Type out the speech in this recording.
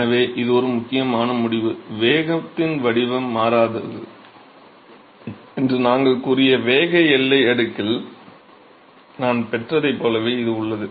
எனவே இது ஒரு முக்கியமான முடிவு வேகத்தின் வடிவம் மாறாது என்று நாங்கள் கூறிய வேக எல்லை அடுக்கில் நாம் பெற்றதைப் போலவே இது உள்ளது